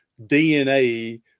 DNA